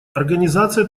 организация